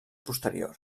posterior